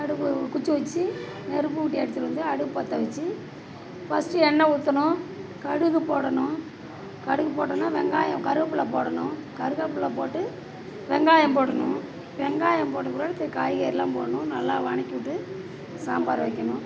அடுப்பில் ஒரு குச்சை வச்சு நெருப்பு மூட்டி எடுத்துட்டு வந்து அடுப்பு பற்ற வச்சு ஃபஸ்ட்டு எண்ணெய் ஊற்றணும் கடுகு போடணும் கடுகு போட்டவுடனே வெங்காயம் கருவப்பில்ல போடணும் கருப்பில்ல போட்டு வெங்காயம் போடணும் வெங்காயம் போட்ட பிறகு காய்கறிலாம் போடணும் நல்லா வதக்கிட்டு சாம்பார் வைக்கணும்